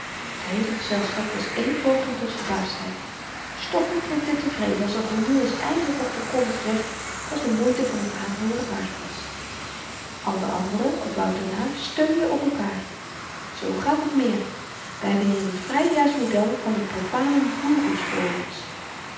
het heele gezelschap was één poging tot verbaasdheid stoffel knikte tevreden alsof er nu eens eindelyk wat verkondigd werd dat de moeite van t aanhooren waard was al de anderen op wouter na steunden op elkaar zoo gaat het meer we hebben hier n vry juist model van t profanum vulgus voor ons